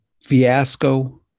fiasco